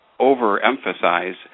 overemphasize